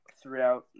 throughout